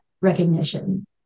recognition